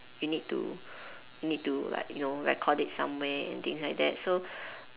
you need to need to like you know record it somewhere and things like that so